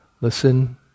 listen